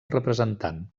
representant